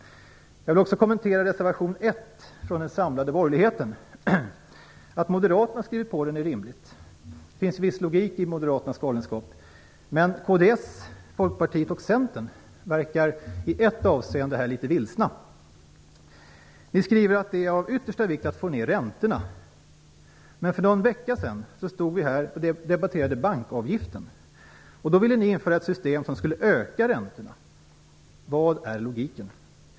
Jag vill också kommentera reservation 1 från den samlade borgerligheten. Att Moderaterna skrivit på den är rimligt. Det finns viss logik i Moderaternas galenskap. Men kds, Folkpartiet och Centern verkar i ett avseende litet vilsna. Ni skriver att det är av yttersta vikt att få ned räntorna. För någon vecka sedan stod vi här i kammaren och debatterade bankavgiften. Då ville ni införa ett system som skulle öka räntorna. Var är logiken?